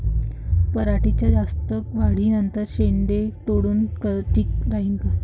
पराटीच्या जास्त वाढी नंतर शेंडे तोडनं ठीक राहीन का?